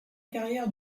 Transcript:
carrière